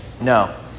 No